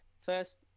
first